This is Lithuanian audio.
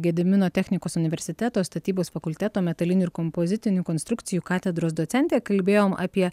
gedimino technikos universiteto statybos fakulteto metalinių ir kompozitinių konstrukcijų katedros docentė kalbėjom apie